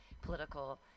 political